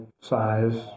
size